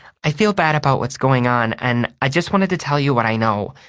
i feel bad about what's going on and i just wanted to tell you what i know.